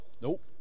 Nope